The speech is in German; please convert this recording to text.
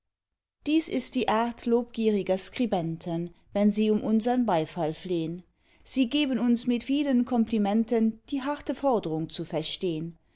dies ist die art lobgieriger skribenten wenn sie um unsern beifall flehn sie geben uns mit vielen komplimenten die harte fordrung zu verstehn